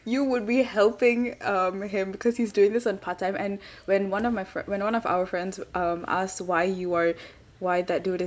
you would be helping um him because he's doing this on part time and when one of my fr~ when one of our friends um asked why you are why that do